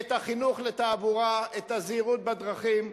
את החינוך לתעבורה, את הזהירות בדרכים?